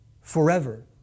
forever